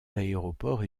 l’aéroport